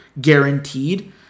guaranteed